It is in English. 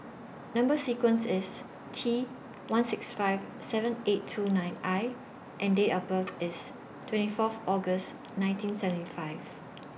Number sequence IS T one six five seven eight two nine I and Date of birth IS twenty Fourth August nineteen seventy five